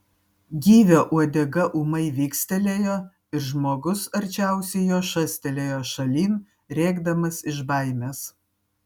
gyvio uodega ūmai vikstelėjo ir žmogus arčiausiai jo šastelėjo šalin rėkdamas iš baimės